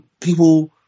people